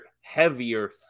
heavier